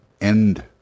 end